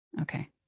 Okay